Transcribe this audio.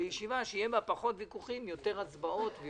לישיבה עם פחות ויכוחים ויותר הצבעות.